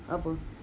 apa